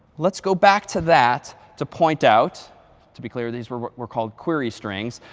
let's go back to that to point out to be clear, these were called query strings.